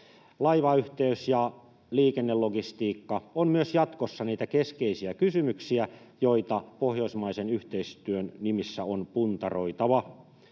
Laivayhteys ja liikennelogistiikka ovat myös jatkossa niitä keskeisiä kysymyksiä, joita pohjoismaisen yhteistyön nimissä on puntaroitava.